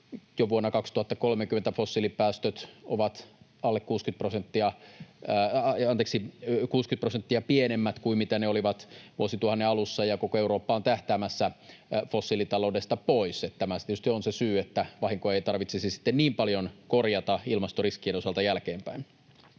jo vuonna 2030 fossiilipäästöt ovat 60 prosenttia pienemmät kuin mitä ne olivat vuosituhannen alussa, ja koko Eurooppa on tähtäämässä fossiilitaloudesta pois. Tämä tietysti on se syy, että vahinkoa ei tarvitsisi sitten niin paljon korjata ilmastoriskien osalta jälkeenpäin.